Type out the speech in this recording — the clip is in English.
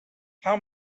how